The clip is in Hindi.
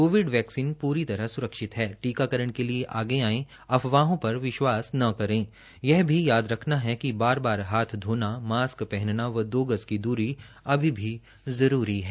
कोविड वैक्सीन पूरी तरह सुरक्षित है टीकाकरण के लिए आगे आएं अफवाहों पर विश्वास न करे यह भी याद रखना है कि बार बार हाथ धोना मास्क पहनना व दो गज की दूरी अभी भी जरूरी है